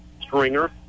Stringer